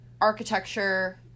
architecture